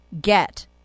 get